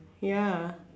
ya